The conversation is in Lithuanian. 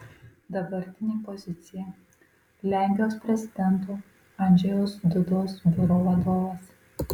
dabartinė pozicija lenkijos prezidento andžejaus dudos biuro vadovas